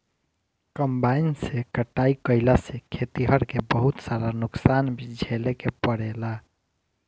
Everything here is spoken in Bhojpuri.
कंबाइन से कटाई कईला से खेतिहर के बहुत सारा नुकसान भी झेले के पड़ेला